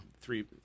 three